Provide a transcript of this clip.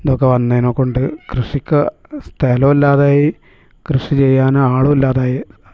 ഇതൊക്കെ വന്നതിനെ കൊണ്ട് കൃഷിക്കു സ്ഥലമില്ലാതായി കൃഷി ചെയ്യാനാളുമില്ലാതായി